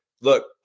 Look